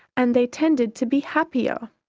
and they tended to be happier.